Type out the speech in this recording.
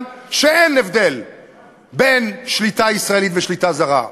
שאין הבדל בין שליטה ישראלית לשליטה זרה.